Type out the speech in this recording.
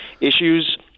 Issues